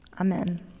amen